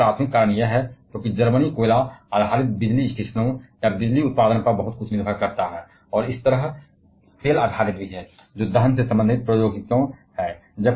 और एक प्राथमिक कारण यह है क्योंकि जर्मनी कोयला आधारित बिजली स्टेशनों या बिजली उत्पादन पर बहुत कुछ निर्भर करता है और इसी तरह तेल आधारित है जो दहन से संबंधित प्रौद्योगिकियों है